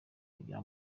kugira